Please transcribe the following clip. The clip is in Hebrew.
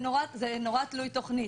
זה תלוי תוכנית.